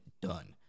done